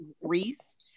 Reese